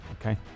okay